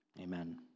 Amen